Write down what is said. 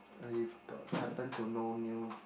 if got happen to know new